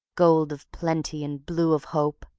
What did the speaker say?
gold of plenty and blue of hope,